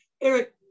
Eric